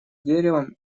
деревом